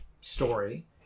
story